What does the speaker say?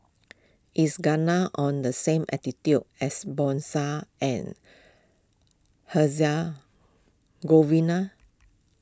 is Ghana on the same latitude as and Herzegovina